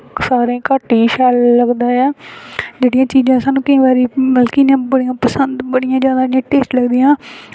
सारें ई घट्ट गै शैल लगदा ऐ जेह्कियां चीज़ां केईं बारी सानूं इंया पसंद बड़ियां जादै इंया टेस्ट लगदियां ओह्